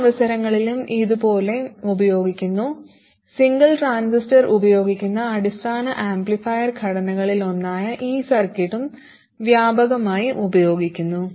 പല അവസരങ്ങളിലും ഇത് പോലെ ഉപയോഗിക്കുന്നു സിംഗിൾ ട്രാൻസിസ്റ്റർ ഉപയോഗിക്കുന്ന അടിസ്ഥാന ആംപ്ലിഫയർ ഘടനകളിലൊന്നായ ഈ സർക്യൂട്ടും വ്യാപകമായി ഉപയോഗിക്കുന്നു